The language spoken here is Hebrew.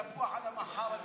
ההצעה להעביר את